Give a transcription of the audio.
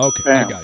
Okay